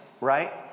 Right